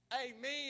Amen